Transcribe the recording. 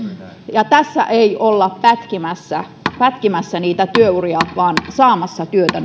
ja tässä ei olla pätkimässä pätkimässä työuria vaan saamassa työtä